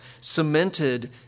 cemented